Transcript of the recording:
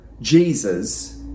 Jesus